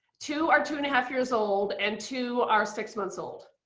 two are two and half years old and two are six months old.